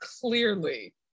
clearly